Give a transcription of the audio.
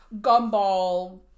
gumball